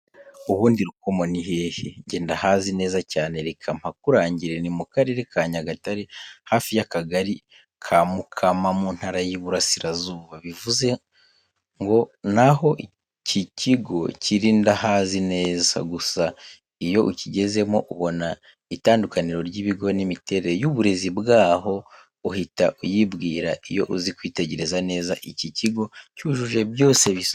Ubundi Rukomo ni hehe? Njye ndahazi neza cyane reka mpakurangire ni mu Karere ka Nyagatare hafi y'akagali ka Mukama mu Ntara y'Iburasirazuba. Bivuze ngo naho iki kigo kiri ndahazi neza, gusa iyo ukigezemo ubona itandukaniro ry'ibigo n'imiterere y'uburezi bwaho uhita uyibwira iyo uzi kwitegereza neza, iki kigo cyujuje byose bisabwa.